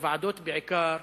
בוועדות בעיקר,